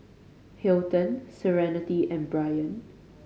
Hilton Serenity and Bryan